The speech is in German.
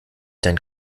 dein